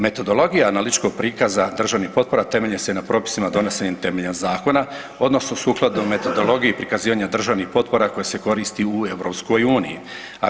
Metodologija analitičkog prikaza državnih potpora temelji se na propisima donesenim temeljem Zakona, odnosno sukladno metodologiji prikazivanja državnih potpora koje se koristi u Europskoj uniji.